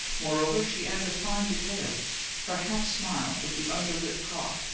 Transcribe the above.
moreover, she added a fine detail her half-smile, with the under lip caught,